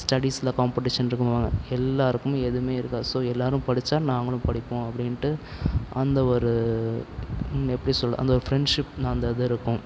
ஸ்டடிஸில் competition இருக்குதுன்னுவாங்க எல்லோருக்கும் எதுவுமே இருக்காது ஸோ எல்லோரும் படித்தா நாங்களும் படிப்போம் அப்படின்ட்டு அந்த ஒரு எப்படி சொல்வது அந்த ஒரு ஃபிரெண்ட்ஷிப் அந்த இது இருக்கும்